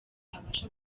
abasha